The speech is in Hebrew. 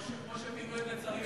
או שכמו שפינו את נצרים,